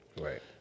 Right